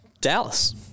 Dallas